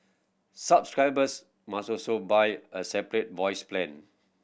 subscribers must also buy a separate voice plan